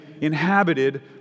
inhabited